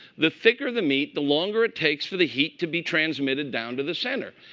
the thicker the meat, the longer it takes for the heat to be transmitted down to the center.